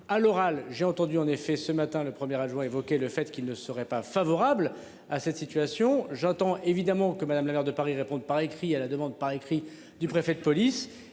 à l'oral. J'ai entendu en effet ce matin le premier adjoint, évoquer le fait qu'il ne serait pas favorable à cette situation. J'attends évidemment que madame la maire de Paris répondent par écrit à la demande par écrit du préfet de police